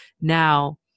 now